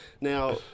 Now